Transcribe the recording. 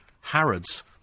Harrods